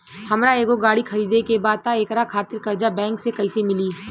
हमरा एगो गाड़ी खरीदे के बा त एकरा खातिर कर्जा बैंक से कईसे मिली?